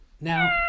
Now